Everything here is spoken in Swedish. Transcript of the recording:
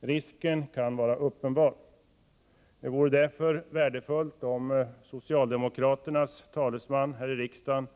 Risken kan vara uppenbar. Det vore därför värdefullt om socialdemokraternas talesman här i kammaren